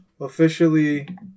officially